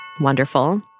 Wonderful